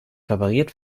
repariert